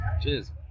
Cheers